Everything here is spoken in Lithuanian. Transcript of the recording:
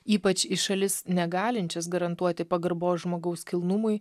ypač į šalis negalinčias garantuoti pagarbos žmogaus kilnumui